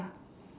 ya